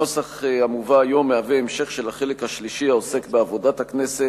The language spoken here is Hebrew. הנוסח המובא היום מהווה המשך של החלק השלישי העוסק בעבודת הכנסת.